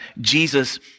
Jesus